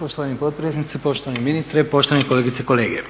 Poštovana potpredsjednice, poštovani ministre, poštovane kolegice i kolege.